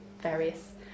various